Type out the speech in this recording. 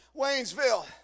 Waynesville